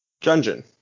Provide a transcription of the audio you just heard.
dungeon